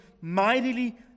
mightily